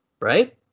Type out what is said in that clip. right